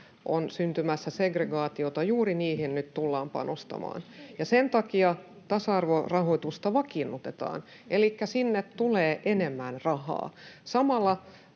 on syntymässä segregaatiota, nyt tullaan panostamaan. Sen takia tasa-arvorahoitusta vakiinnutetaan, elikkä sinne tulee enemmän rahaa. Samalla